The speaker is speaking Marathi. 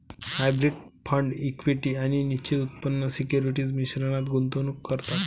हायब्रीड फंड इक्विटी आणि निश्चित उत्पन्न सिक्युरिटीज मिश्रणात गुंतवणूक करतात